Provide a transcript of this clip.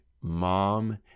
mom